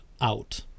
out